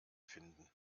finden